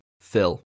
Phil